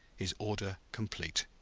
his order complete.